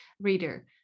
reader